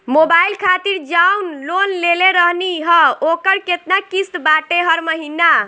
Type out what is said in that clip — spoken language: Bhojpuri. मोबाइल खातिर जाऊन लोन लेले रहनी ह ओकर केतना किश्त बाटे हर महिना?